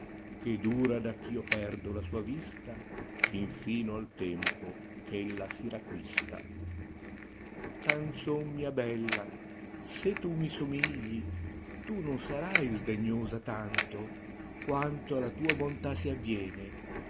che dura dacdh io perdo la sua vistainfino al tempo eh ella si racquistaé ganzon mia bella se tu mi somigli tu non sarai sdegnosa tanto quanto alla tua bontà si avviene